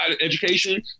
education